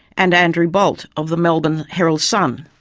and andrew bolt of the melbourne herald sun.